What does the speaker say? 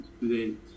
today